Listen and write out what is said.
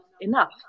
enough